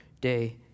day